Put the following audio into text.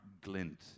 glint